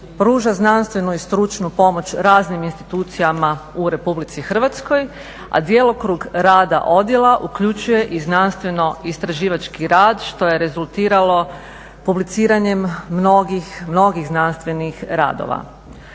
pruža znanstvenu i stručnu pomoć raznim institucijama u RH a djelokrug rada odjela uključuje i znanstveno-istraživački rad što je rezultiralo publiciranjem mnogih, mnogih znanstvenih radova.